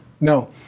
No